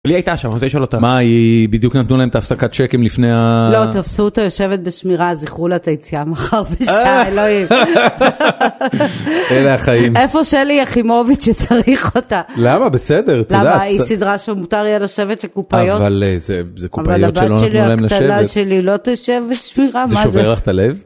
אולי הייתה שם, אז אני שואל אותה, מה היא, בדיוק נתנו להם את ההפסקת שקם לפני ה... לא, תפסו אותה יושבת בשמירה, אז אחרו לה את היציאה מחר בשעה, אלוהים. אלה החיים. איפה שלי יחימוביץ' כשצריך אותה? למה? בסדר, תודה. למה? היא סידרה שמותר יהיה לשבת לקופאיות. אבל זה... זה קופאיות שלא נתנו להם לשבת. אבל הבת שלי, הקטנה שלי, לא תשב בשמירה, מה זה? זה שובר לך את הלב?